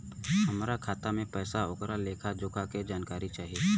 हमार खाता में पैसा ओकर लेखा जोखा के जानकारी चाही?